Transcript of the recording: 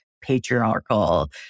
patriarchal